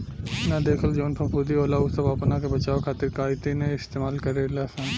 ना देखल जवन फफूंदी होला उ सब आपना के बचावे खातिर काइतीने इस्तेमाल करे लसन